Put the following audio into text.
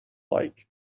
like